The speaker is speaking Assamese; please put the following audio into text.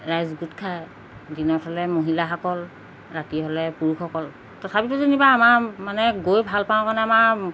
ৰাইজ গোট খায় দিনত হ'লে মহিলাসকল ৰাতি হ'লে পুৰুষসকল তথাপিতো যেনিবা আমাৰ মানে গৈ ভাল পাওঁ কাৰণে আমাৰ